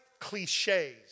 cliches